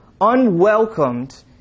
unwelcomed